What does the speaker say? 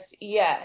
yes